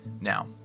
Now